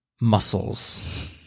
Muscles